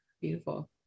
Beautiful